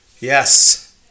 Yes